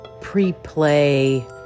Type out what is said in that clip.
pre-play